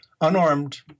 unarmed